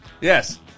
Yes